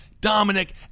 Dominic